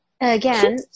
again